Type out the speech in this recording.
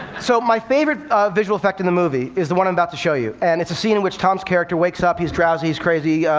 so my favorite visual effect in the movie is the one i'm about to show you. and it's a scene in which tom's character wakes up. he's drowsy. he's crazy.